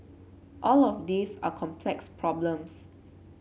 all of these are complex problems